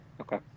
Okay